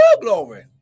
glory